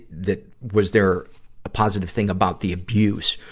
that, was there a positive thing about the abuse.